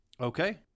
Okay